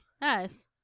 Nice